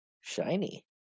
Shiny